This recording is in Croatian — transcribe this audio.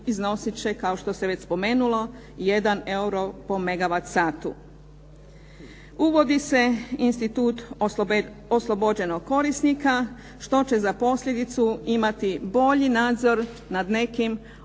iznosit će kao što se već spomenuto jedan euro po megavat satu. Uvodi se institut oslobođenog korisnika, što će za posljedicu imati bolji nadzor nad nekim